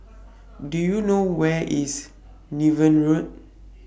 Do YOU know Where IS Niven Road